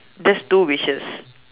that's two wishes